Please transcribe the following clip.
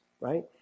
right